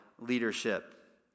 leadership